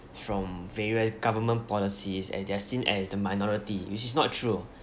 from various government policies and they're seen as the minority which is not true